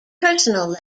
personal